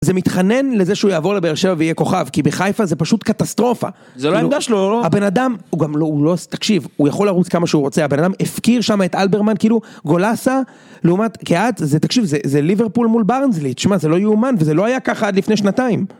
זה מתחנן לזה שהוא יעבור לבאר שבע ויהיה כוכב, כי בחיפה זה פשוט קטסטרופה. זאת לא העמדה שלו הבן אדם, הוא גם לא, הוא לא, תקשיב, הוא יכול לרוץ כמה שהוא רוצה, הבן אדם הפקיר שם את אלברמן, כאילו גולסה, לעומת, קיהת ,זה, תקשיב, זה ליברפול מול ברנסלי, שמע, זה לא יאומן, וזה לא היה ככה עד לפני שנתיים.